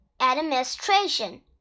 Administration